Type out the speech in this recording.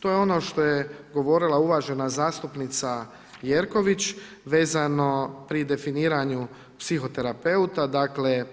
To je ono što je govorila uvažena zastupnica Jerković vezano pri definiranju psihoterapeuta, dakle